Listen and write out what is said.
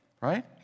right